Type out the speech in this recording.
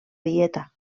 dieta